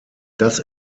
das